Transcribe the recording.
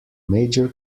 major